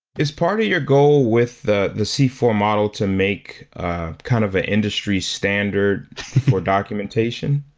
is part of your goal with the the c four model to make kind of an industry standard for documentation?